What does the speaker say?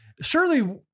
Surely